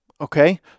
okay